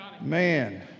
Man